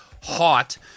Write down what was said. hot